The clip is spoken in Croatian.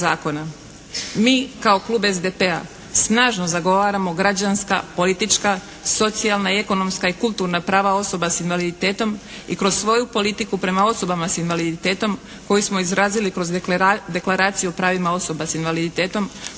Mi kao Klub SDP-a snažno zagovaramo građanska, politička, socijalna i ekonomska i kulturna prava osoba s invaliditetom i kroz svoju politiku prema osobama s invaliditetom koju smo izrazili kroz Deklaraciju o pravima osoba s invaliditetom